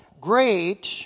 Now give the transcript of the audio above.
great